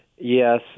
Yes